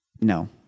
No